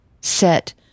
set